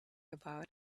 about